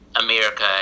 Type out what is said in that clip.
America